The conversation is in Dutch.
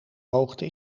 hoogte